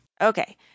Okay